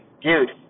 dude